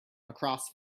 across